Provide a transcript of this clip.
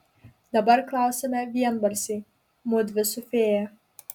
dabar klausiame vienbalsiai mudvi su fėja